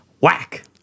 whack